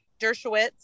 dershowitz